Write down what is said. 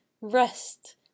rest